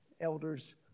Elders